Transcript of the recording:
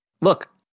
look